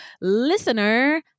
listener